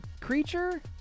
creature